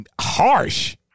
harsh